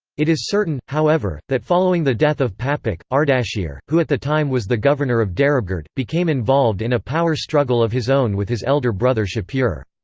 it is certain, however, that following the death of papak, ardashir, who at the time was the governor of darabgerd, became involved in a power struggle of his own with his elder brother shapur.